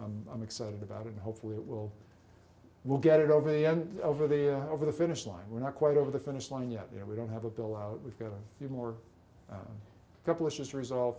i'm excited about it and hopefully it will we'll get it over and over there over the finish line we're not quite over the finish line yet you know we don't have a bill out we've got a few more couple issues to resolve